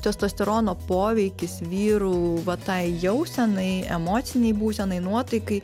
testosterono poveikis vyrų va tai jausenai emocinei būsenai nuotaikai